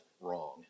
wrong